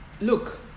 look